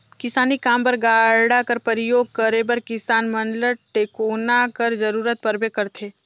किसानी काम बर गाड़ा कर परियोग करे बर किसान मन ल टेकोना कर जरूरत परबे करथे